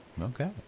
Okay